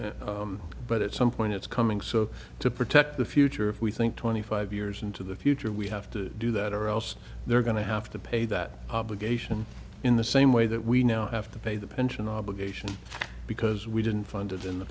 now but at some point it's coming so to protect the future if we think twenty five years into the future we have to do that or else they're going to have to pay that obligation in the same way that we now have to pay the pension obligation because we didn't find it in the